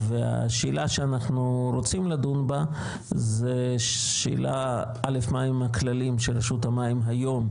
השאלה שאנחנו רוצים לדון בה זה מהם הכללים של רשות המים היום,